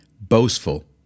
boastful